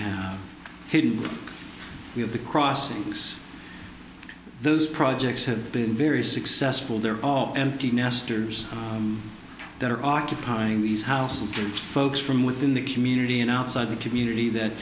have hidden we have the crossings those projects have been very successful they're all empty nesters that are occupying these houses folks from within the community and outside the community that